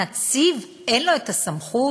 הנציב, אין סמכות?